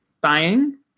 buying